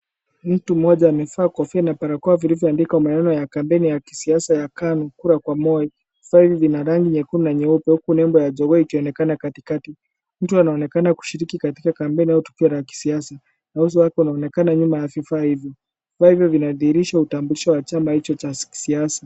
Mtu mmoja amevaa kofia na barakoa vilivyoandikwa maneno ya kampeni na kisiasa ya chama cha KANU kura kwa moi. Ina rangi ya nyekundu na nyeupe na jogoo ikionekana katikati. Mtu huyu anaonekana kushiriki kwenye kampeni au tukio la kisiasa.